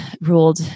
ruled